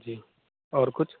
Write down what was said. जी और कुछ